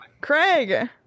Craig